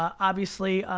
obviously,